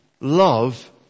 love